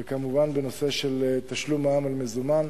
וכמובן הנושא של תשלום מע"מ על מזומן.